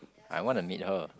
I want to meet her